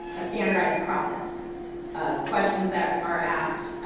ah standardized process of questions that are asked,